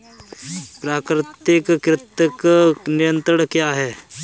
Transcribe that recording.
प्राकृतिक कृंतक नियंत्रण क्या है?